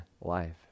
life